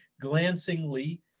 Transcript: glancingly